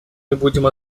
будем